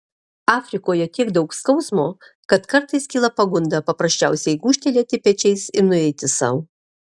afrikoje tiek daug skausmo kad kartais kyla pagunda paprasčiausiai gūžtelėti pečiais ir nueiti sau